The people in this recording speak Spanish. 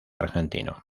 argentino